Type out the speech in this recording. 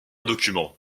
document